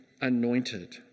anointed